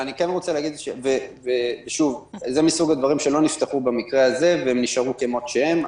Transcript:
זה מסוג הדברים שלא נפתחו במקרה הזה והם נשארו כמות שהם,